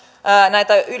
näitä